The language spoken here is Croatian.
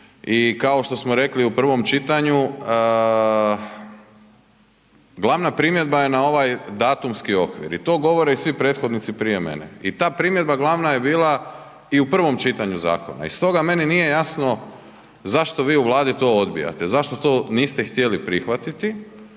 i kao što smo rekli u prvom čitanju, glavna primjedba je na ovaj datumski okvir i to govore svi prethodnici prije mene i ta primjedba glavna je bila i u prvom čitanju zakona i stoga meni nije jasno zašto vi u Vladi to odbijate, zašto to niste htjeli prihvatiti